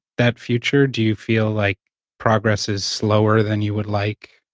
that future? do you feel like progress is slower than you would like,